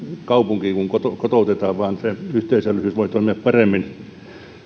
kaupunki kun kun kotoutetaan vaan yhteisöllisyys voi toimia paremmin muuallakin